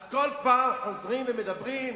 אז כל פעם חוזרים ומדברים,